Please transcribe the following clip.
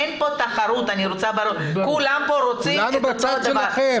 אין פה תחרות, כולם פה רוצים את אותו דבר.